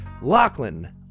Lachlan